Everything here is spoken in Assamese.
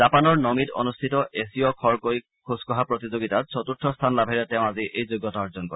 জাপানৰ নমিত অনুষ্ঠিত এছীয় খৰকৈ খোজকঢ়া প্ৰতিযোগিতাত চতুৰ্থ স্থান লাভেৰে তেওঁ আজি এই যোগ্যতা অৰ্জন কৰে